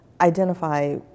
identify